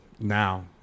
Now